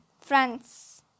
France